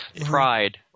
pride